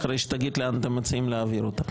אחרי שתגיד לאן אתם מציעים להעביר אותו.